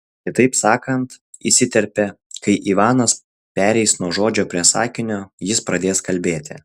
kitaip sakant įsiterpė kai ivanas pereis nuo žodžio prie sakinio jis pradės kalbėti